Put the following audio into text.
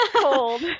cold